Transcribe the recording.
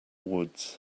woods